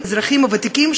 האזרחים הוותיקים,